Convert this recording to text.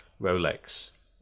Rolex